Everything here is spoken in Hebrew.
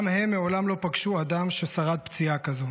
גם הם מעולם לא פגשו אדם ששרד פציעה כזו.